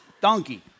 Donkey